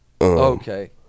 Okay